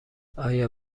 آیا